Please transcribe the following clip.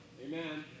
Amen